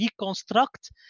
reconstruct